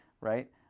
right